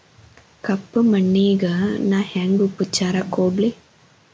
ಕಪ್ಪ ಮಣ್ಣಿಗ ನಾ ಹೆಂಗ್ ಉಪಚಾರ ಕೊಡ್ಲಿ?